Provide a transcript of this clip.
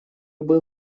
был